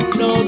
no